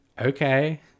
okay